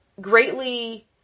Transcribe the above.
greatly